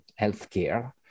healthcare